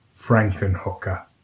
Frankenhooker